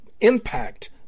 impact